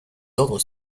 ordres